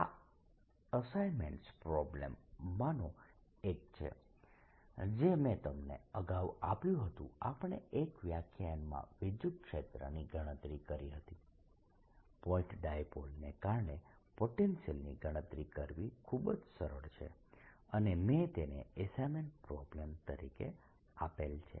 આ assignment problems માનો એક છે જે મેં તમને અગાઉ આપ્યું હતું આપણે એક વ્યાખ્યાનમાં વિદ્યુતક્ષેત્રની ગણતરી કરી હતી પોઇન્ટ ડાયપોલને કારણે પોટેન્શિયલની ગણતરી કરવી ખૂબ જ સરળ છે અને મેં તેને અસાઈન્મેન્ટ પ્રોબ્લેમ તરીકે આપેલ છે